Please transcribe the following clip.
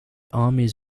armies